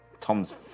Tom's